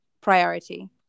priority